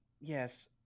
Yes